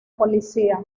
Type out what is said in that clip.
policía